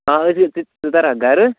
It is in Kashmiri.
آ یِتھُے ژٕ ترکھ گرٕ